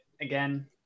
again